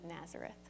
Nazareth